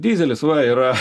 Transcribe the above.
dyzelis va yra